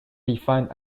defined